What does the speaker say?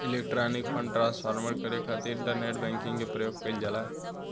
electronic fund transfer करे खातिर internet banking के प्रयोग कईल जाला